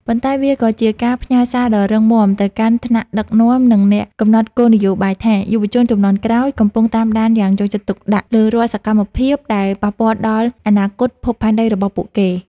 ប៉ុន្តែវាក៏ជាការផ្ញើសារដ៏រឹងមាំទៅកាន់ថ្នាក់ដឹកនាំ និងអ្នកកំណត់គោលនយោបាយថា យុវជនជំនាន់ក្រោយកំពុងតាមដានយ៉ាងយកចិត្តទុកដាក់លើរាល់សកម្មភាពដែលប៉ះពាល់ដល់អនាគតភពផែនដីរបស់ពួកគេ។